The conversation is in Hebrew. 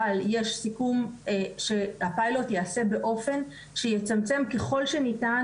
אבל יש סיכום שהפיילוט ייעשה באופן שיצמצם ככל שניתן